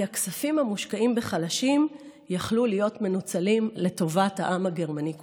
כי הכספים המושקעים בחלשים יכלו להיות מנוצלים לטובת העם הגרמני כולו.